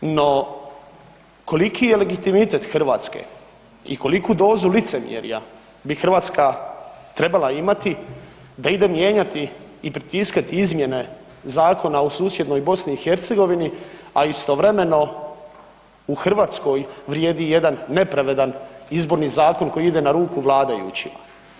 No koliki je legitimitet Hrvatske i koliku dozu licemjerja bi Hrvatska trebala imati da ide mijenjati i pritiskati izmjene zakona u susjednoj BiH, a istovremeno u Hrvatskoj vrijedi jedan nepravedan Izborni zakon koji ide na ruku vladajućima.